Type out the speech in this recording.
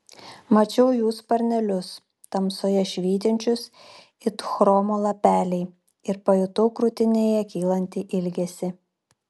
mačiau jų sparnelius tamsoje švytinčius it chromo lapeliai ir pajutau krūtinėje kylantį ilgesį